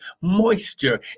moisture